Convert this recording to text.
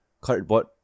cardboard